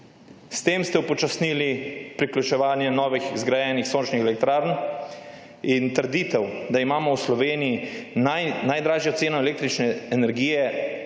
S tem ste upočasnili priključevanje novih zgrajenih sončnih elektrarn. Trditev, da imamo v Sloveniji najdražjo ceno električne energije,